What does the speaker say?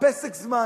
ה"פסק זמן".